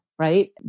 Right